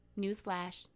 Newsflash